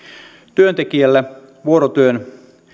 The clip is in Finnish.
työntekijälle vuorotyön